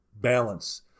balance